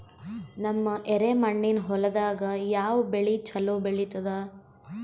ನಮ್ಮ ಎರೆಮಣ್ಣಿನ ಹೊಲದಾಗ ಯಾವ ಬೆಳಿ ಚಲೋ ಬೆಳಿತದ?